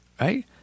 right